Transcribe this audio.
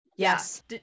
Yes